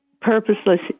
purposeless